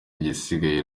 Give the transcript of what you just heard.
igisigaye